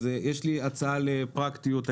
יש לי הצעה לפרקטיות.